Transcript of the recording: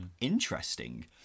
interesting